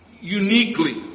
uniquely